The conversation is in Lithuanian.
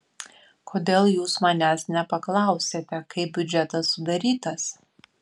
kodėl jūs manęs nepaklausėte kaip biudžetas sudarytas